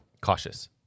cautious